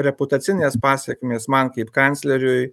reputacinės pasekmės man kaip kancleriui